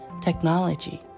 technology